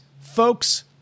folks